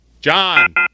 John